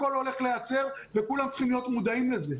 הכול הולך להיעצר וכולם צריכים להיות מודעים לזה.